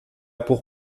pour